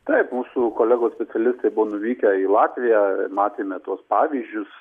taip mūsų kolegos specialistai buvo nuvykę į latviją matėme tuos pavyzdžius